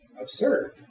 Absurd